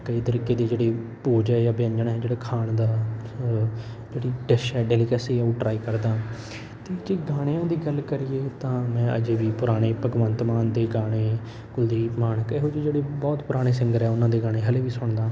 ਕਈ ਤਰੀਕੇ ਦੀ ਜਿਹੜੀ ਭੋਜ ਹੈ ਜਾਂ ਵਿਅੰਜਨ ਹੈ ਜਿਹੜਾ ਖਾਣ ਦਾ ਜਿਹੜੀ ਡਿਸ਼ ਹੈ ਡੈਲੀਕੇਸੀ ਉਹ ਟਰਾਈ ਕਰਦਾ ਅਤੇ ਜੇ ਗਾਣਿਆ ਦੀ ਗੱਲ ਕਰੀਏ ਤਾਂ ਮੈਂ ਅੱਜੇ ਵੀ ਪੁਰਾਣੇ ਭਗਵੰਤ ਮਾਨ ਦੇ ਗਾਣੇ ਕੁਲਦੀਪ ਮਾਣਕ ਇਹੋ ਜਿਹੇ ਜਿਹੜੇ ਬਹੁਤ ਪੁਰਾਣੇ ਸਿੰਗਰ ਆ ਉਹਨਾਂ ਦੇ ਗਾਣੇ ਹਾਲੇ ਵੀ ਸੁਣਦਾ